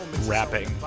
rapping